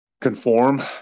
conform